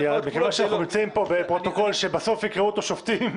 כי אנחנו נמצאים פה בפרוטוקול שבסוף יקראו אותו שופטים.